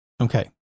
Okay